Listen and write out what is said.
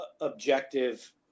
objective